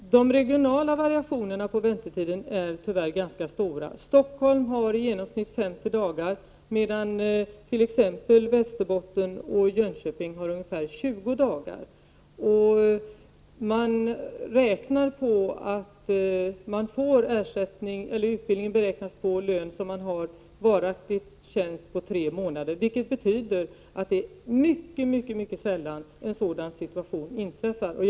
Herr talman! De regionala variationerna på väntetiden är tyvärr ganska stora. I Stockholm är väntetiden i genomsnitt 50 dagar, medan den i t.ex. Västerbottens och Jönköpings län är ungefär 20 dagar. Ersättningen under utbildningen grundar sig på lönen från en varaktig tjänst under tre månader, vilket betyder att det är ytterst sällan en sådan situation inträffar som den Lennart Brunander tar upp.